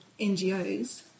NGOs